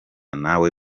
nawe